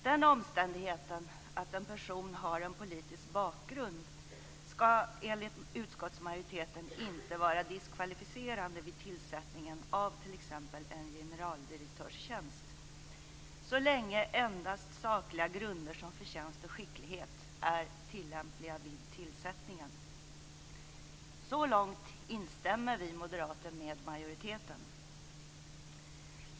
Den omständigheten att en person har en politisk bakgrund ska enligt utskottsmajoriteten inte vara diskvalificerande vid tillsättningen av t.ex. en generaldirektörstjänst, så länge endast sakliga grunder som förtjänst och skicklighet är tillämpliga vid tillsättningen. Så långt instämmer vi moderater med majoriteten.